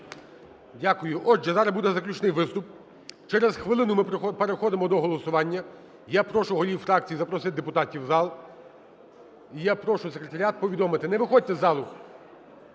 Дякую. Отже, зараз буде заключний виступ. Через хвилину ми переходимо до голосування. Я прошу голів фракцій запросити депутатів у зал, і я прошу секретаріат повідомити. Не виходьте з залу.